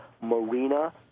Marina